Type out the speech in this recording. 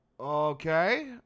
Okay